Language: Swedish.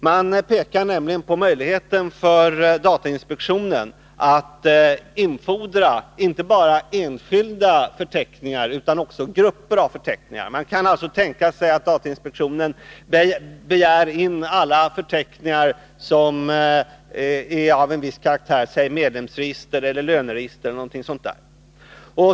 Man pekar nämligen på datainspektionens möjlighet att infordra inte bara enstaka förteckningar utan också grupper av förteckningar. Man kan alltså tänka sig att datainspektionen begär in alla förteckningar av en viss karaktär — medlemsregister, löneregister etc.